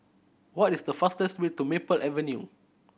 what is the fastest way to Maple Avenue